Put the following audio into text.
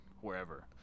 wherever